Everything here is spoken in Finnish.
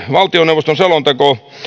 valtioneuvoston selonteko